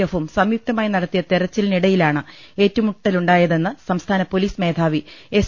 എഫും സംയുക്തമായി നട ത്തിയ തെരച്ചിലിനിടയിലാണ് ഏറ്റുമുട്ടലുണ്ടായതെന്ന് സംസ്ഥാന പൊലീസ് മേധാവി എസ്